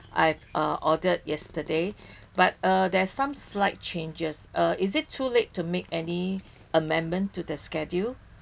I've uh ordered yesterday but uh there's some slight changes uh is it too late to make any amendment to the schedule